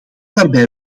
daarbij